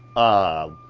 ah,